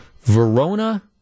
Verona